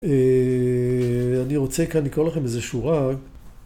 ‫אני רוצה כאן לקרוא לכם איזה שורה.